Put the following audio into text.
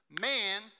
man